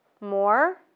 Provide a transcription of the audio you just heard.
more